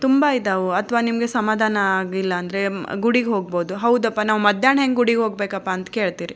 ತುಂಬ ಇದ್ದಾವೆ ಅಥ್ವಾ ನಿಮಗೆ ಸಮಾಧಾನ ಆಗಿಲ್ಲಂದರೆ ಗುಡಿಗೆ ಹೋಗ್ಬೋದು ಹೌದಪ್ಪಾ ನಾವು ಮಧ್ಯಾಹ್ನ ಹೇಗ್ ಗುಡಿಗೆ ಹೋಗಬೇಕಪ್ಪಾ ಅಂತ ಕೇಳ್ತೀರಿ